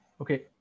Okay